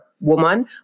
woman